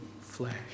flesh